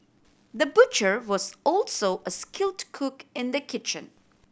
the butcher was also a skilled cook in the kitchen